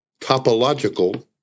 topological